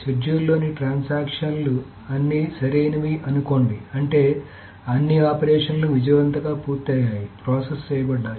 షెడ్యూల్లోని ట్రాన్సాక్షన్లు అన్ని సరైనవని అనుకోండి అంటే అన్ని ఆపరేషన్లు విజయవంతంగా పూర్తయ్యాయి ప్రాసెస్ చేయబడ్డాయి